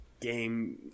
game